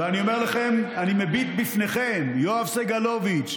ואני אומר לכם, אני מביט בפניכם, יואב סגלוביץ'